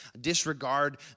disregard